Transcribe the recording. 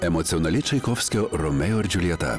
emocionali čaikovskio romeo ir džiuljeta